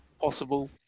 possible